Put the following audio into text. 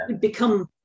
become